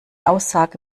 aussage